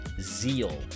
zeal